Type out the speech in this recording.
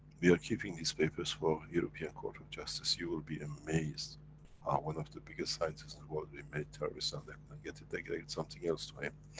we are keeping these papers for european court of justice. you will be amazed, how one of the biggest scientist of the world we made terrorist on them, and get it, they gave something else to him.